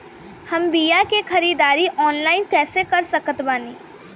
हम बीया के ख़रीदारी ऑनलाइन कैसे कर सकत बानी?